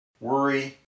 worry